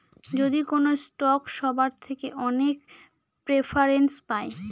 যদি কোনো স্টক সবার থেকে অনেক প্রেফারেন্স পায়